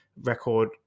record